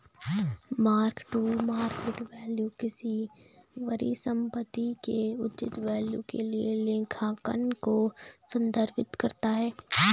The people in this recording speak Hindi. मार्क टू मार्केट वैल्यू किसी परिसंपत्ति के उचित मूल्य के लिए लेखांकन को संदर्भित करता है